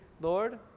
Lord